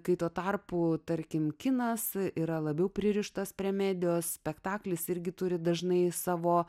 kai tuo tarpu tarkime kinas yra labiau pririštas prie medijos spektaklis irgi turi dažnai savo